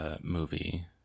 movie